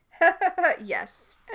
Yes